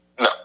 No